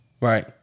Right